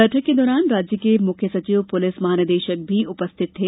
बैठक के दौरान राज्य के मुख्य सचिव पुलिस महा निदेशक भी उपस्थित थे